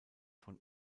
von